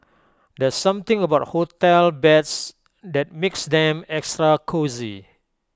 there's something about hotel beds that makes them extra cosy